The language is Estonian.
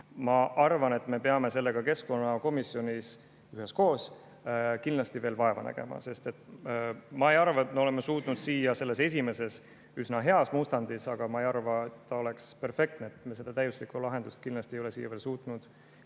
kokkulangemist, me peame keskkonnakomisjonis üheskoos kindlasti veel vaeva nägema, sest ma ei arva, et me oleme suutnud selles esimeses üsna heas mustandis … Ma ei arva, et see on perfektne. Me seda täiuslikku lahendust kindlasti ei ole siia veel suutnud